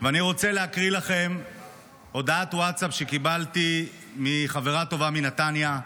ואני רוצה להקריא לכם הודעת וואטסאפ שקיבלתי מחברה טובה מנתניה,